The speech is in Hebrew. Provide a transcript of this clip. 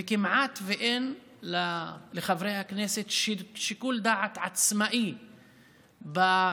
וכמעט אין לחברי הכנסת שיקול דעת עצמאי בהחלטות